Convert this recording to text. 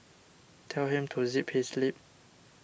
tell him to zip his lip